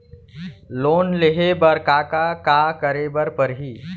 Loan लेहे बर का का का करे बर परहि?